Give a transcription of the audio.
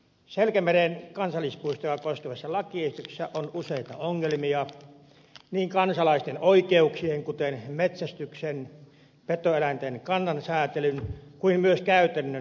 selkämeren kansallispuistoa koskevassa lakiesityksessä on useita ongelmia niin kansalaisten oikeuksien kuten metsästyksen ja petoeläinten kannan säätelyn kuin myös käytännön lainvalmistelun osalta